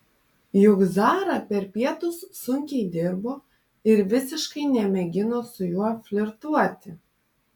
juk zara per pietus sunkiai dirbo ir visiškai nemėgino su juo flirtuoti